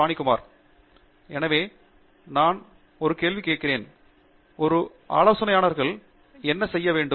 பானிகுமார் எனவே நான் ஒரு கேள்வி கேட்கிறேன் ஒரு ஆலோசனையாளர் என்ன செய்ய வேண்டும்